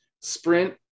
sprint